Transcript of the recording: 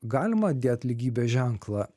galima dėt lygybės ženklą